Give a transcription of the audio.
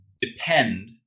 depend